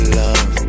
love